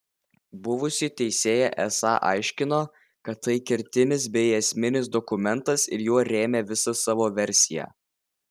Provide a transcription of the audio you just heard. buvusi teisėja esą aiškino kad tai kertinis bei esminis dokumentas ir juo rėmė visą savo versiją